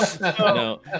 No